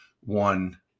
one